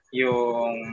yung